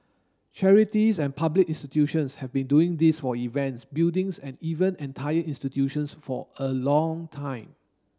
charities and public institutions have been doing this for events buildings and even entire institutions for a long time